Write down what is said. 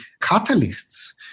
catalysts